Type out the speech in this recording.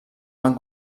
van